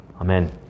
Amen